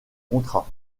contrat